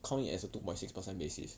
count it as a two point six percent basis